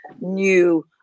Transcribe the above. new